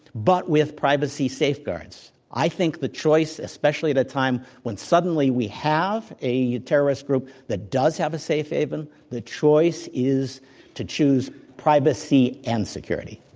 but with privacy safeguards. i think the choice, especially at a time when suddenly we have a terrorist group that does have a safe haven, the choice is to choose privacy and security.